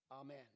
Amen